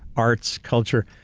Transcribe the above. arts, culture.